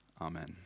Amen